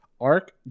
arc